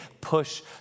Push